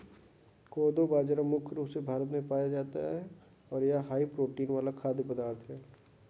कोदो बाजरा मुख्य रूप से भारत में पाया जाता है और यह हाई प्रोटीन वाला खाद्य पदार्थ है